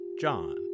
John